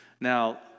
Now